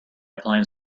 applying